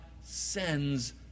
sends